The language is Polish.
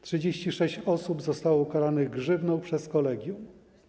36 osób zostało ukaranych grzywną przez kolegium.